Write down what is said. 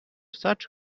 such